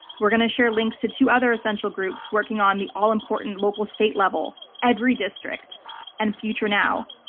we're going to share links to two other essential groups working on the all-important local state level, every district and future now.